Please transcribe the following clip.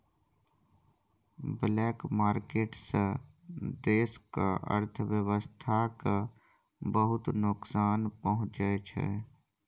black market सँ देशक अर्थव्यवस्था केँ बहुत नोकसान पहुँचै छै